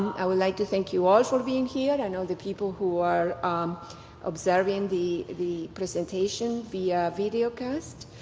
i would like to thank you all for being here, i know the people who are um observing the the presentation via videocast,